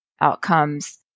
outcomes